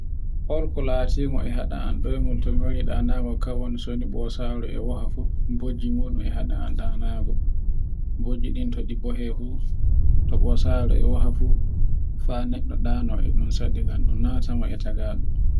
On ke laatiku e haɗa am ɗoigol, to mi wari ɗaanago kam ɓosaru e wo'a fu, bojji muu ɗum e haɗa am ɗaanago. Bujji ɗin to ɗi bo'e fuu, to ɓosaaru a wo'a fuu, ɗana go ɗo saɗa fu ngam ɗum naasago e tagaɗum